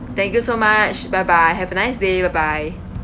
thank you so much bye bye have a nice day bye bye